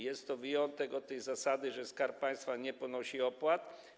Jest to wyjątek od tej zasady, że Skarb Państwa nie ponosi opłat.